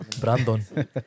Brandon